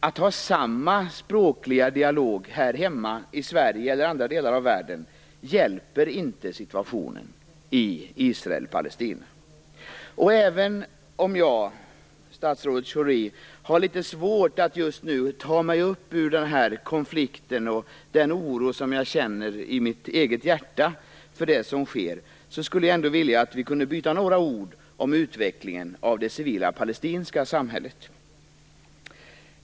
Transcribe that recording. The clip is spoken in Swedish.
Att ha samma språkliga dialog här hemma i Sverige eller i andra delar av världen hjälper inte situationen i Israel och i Palestina. Och även om jag, statsrådet Schori, har litet svårt att just nu ta mig upp ur den här konflikten och den oro som jag känner i mitt eget hjärta för det som sker, skulle jag ändå vilja att vi kunde byta några ord om utvecklingen av det civila palestinska samhället.